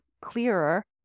clearer